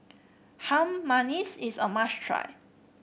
Harum Manis is a must try